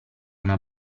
una